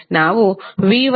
ನಾವು v1